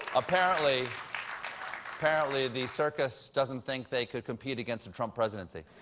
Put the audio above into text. apparently apparently the circus doesn't think they could compete against a trump presidency.